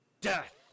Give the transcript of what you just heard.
death